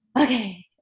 Okay